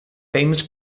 famous